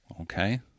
Okay